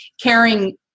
caring